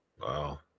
Wow